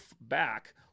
back